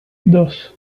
dos